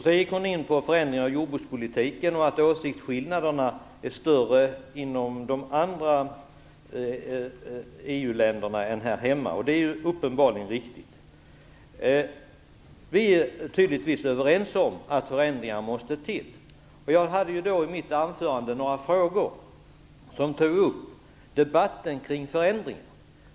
Sedan gick Margareta Winberg in på förändringar i jordbrukspolitiken och på att åsiktsskillnaderna är större inom de andra EU-länderna än de är här hemma, och det är ju uppenbarligen riktigt. Vi är tydligen överens om att förändringar måste till. Jag ställde några frågor i mitt anförande där jag tog upp debatten kring förändringar.